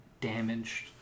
damaged